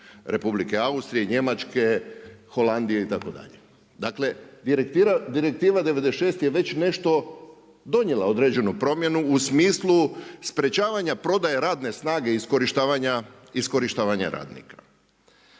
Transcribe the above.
Republike Austrije, Njemačke, Holandije itd. Dakle, direktiva '96 je već nešto donijela, određenu promjenu u smislu sprečavanja prodaje radne snage, iskorištavanja radnika.